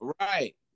Right